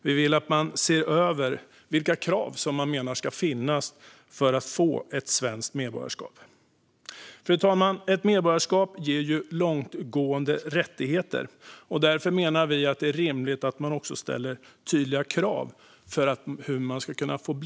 Vi vill att man ser över vilka krav som ska finnas för att få ett svenskt medborgarskap. Fru talman! Ett medborgarskap ger långtgående rättigheter. Därför menar vi att det är rimligt att man också ställer tydliga krav för medborgarskap.